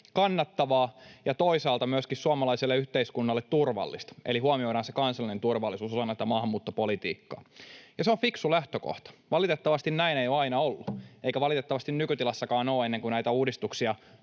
kannattavaa ja toisaalta myöskin suomalaiselle yhteiskunnalle turvallista, eli huomioidaan se kansallinen turvallisuus osana tätä maahanmuuttopolitiikkaa. Ja se on fiksu lähtökohta. Valitettavasti näin ei ole aina ollut, eikä valitettavasti nykytilassakaan ole, ennen kuin näitä uudistuksia,